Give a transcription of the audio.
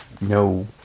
no